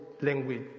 language